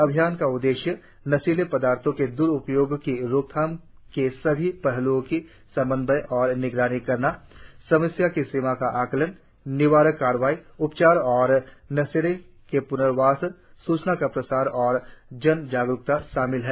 अभियान का उद्देश्य और नशीली पदार्थो के द्रुपयोग की रोकथाम के सभी पहल्ओ का समन्वय और निगरानी करना है समस्या की सीमा का आकलन निवारक कार्रवाई उपचार और नशेड़ी के प्नर्वास सूचना का प्रसार और जन जागरुकता शामिल है